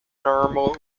normal